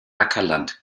ackerland